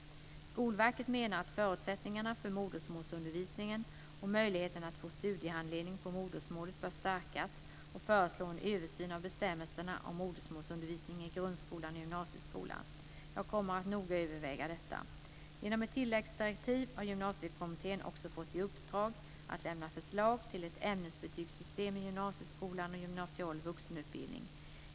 Skolverket menar att förutsättningarna för modersmålsundervisningen och möjligheterna att få studiehandledning på modersmålet bör stärkas och föreslår en översyn av bestämmelserna om modersmålsundervisning i grundskolan och gymnasieskolan. Jag kommer att noga överväga detta. Genom ett tilläggsdirektiv har Gymnasiekommittén också fått i uppdrag att lämna förslag till ett ämnesbetygssystem i gymnasieskolan och gymnasial vuxenutbildning.